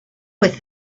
with